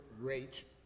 rate